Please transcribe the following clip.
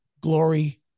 glory